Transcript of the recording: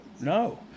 No